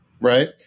right